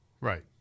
Right